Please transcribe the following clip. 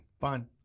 Fine